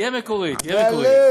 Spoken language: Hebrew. תהיה מקורי, תהיה מקורי.